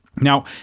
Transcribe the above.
Now